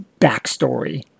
backstory